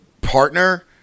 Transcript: partner